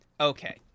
Okay